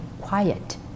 quiet